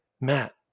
Matt